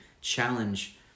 challenge